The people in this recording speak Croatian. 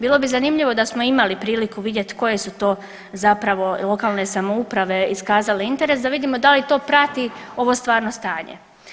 Bilo bi zanimljivo da smo imali priliku vidjeti koje su to lokalne samouprave iskazale interes da vidimo da li to prati ovo stvarno stanje.